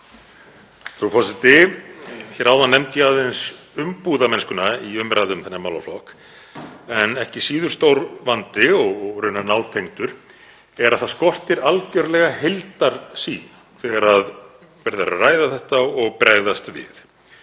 Frú forseti. Hér áðan nefndi ég aðeins umbúðamennskuna í umræðu um þennan málaflokk. Ekki síður stór vandi og raunar nátengdur er að það skortir algerlega heildarsýn þegar verið er að ræða þetta og bregðast við.